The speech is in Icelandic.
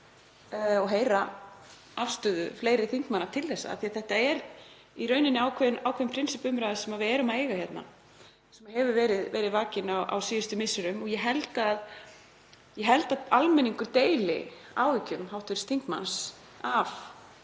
og heyra afstöðu fleiri þingmanna til hennar, því þetta er í rauninni ákveðin prinsippumræða sem við eigum hérna sem hefur verið vakin á síðustu misserum. Ég held að almenningur deili áhyggjum hv. þingmanns af